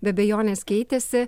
be abejonės keitėsi